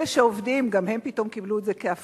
אלה שעובדים, גם הם פתאום קיבלו את זה כהפתעה.